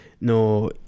No